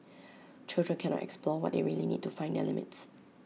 children cannot explore what they really need to find their limits